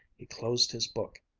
he closed his book,